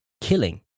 killing